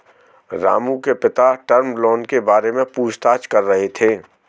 रामू के पिता term loan के बारे में पूछताछ कर रहे थे